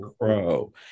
crow